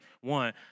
one